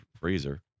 freezer